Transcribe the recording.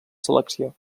selecció